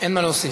אין מה להוסיף.